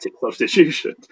substitution